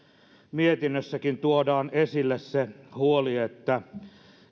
mietinnössäkin tuodaan esille se huoli että